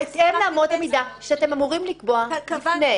הכל בהתאם לאמות המידה שאתם אמורים לקבוע לפני.